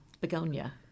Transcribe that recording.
Begonia